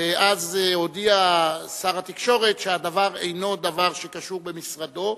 ואז הודיע שר התקשורת שהדבר אינו קשור למשרדו,